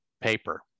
paper